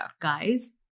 guys